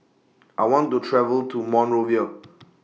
I want to travel to Monrovia